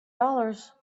dollars